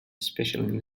especially